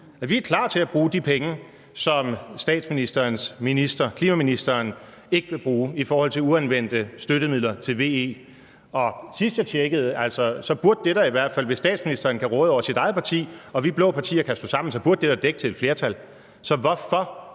vi er klar til at bruge de penge, som statsministerens minister, klima-, energi- og forsyningsministeren, ikke vil bruge i forhold til uanvendte støttemidler til VE. Og sidst jeg tjekkede det, burde det da i hvert fald, hvis statsministeren kan råde over sit eget parti og vi blå partier kan stå sammen, dække til et flertal. Så hvorfor?